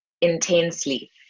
intensely